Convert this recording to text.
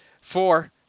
four